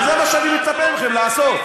וזה מה שאני מצפה מכם לעשות.